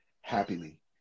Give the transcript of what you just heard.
happily